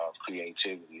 creativity